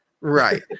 Right